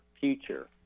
future